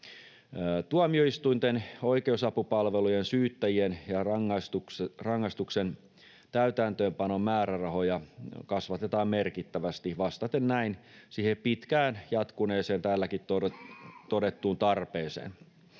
Tuomioistuinten, oikeusapupalvelujen, syyttäjien ja rangaistuksen täytäntöönpanon määrärahoja kasvatetaan merkittävästi vastaten näin siihen pitkään jatkuneeseen, täälläkin todettuun tarpeeseen.